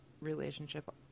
relationship